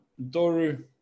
Doru